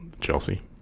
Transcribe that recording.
Chelsea